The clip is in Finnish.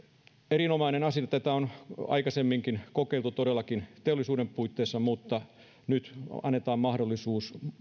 erinomainen asia tätä on aikaisemminkin kokeiltu todellakin teollisuuden puitteissa mutta nyt annetaan mahdollisuus